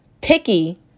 Picky